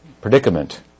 predicament